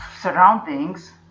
surroundings